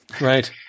right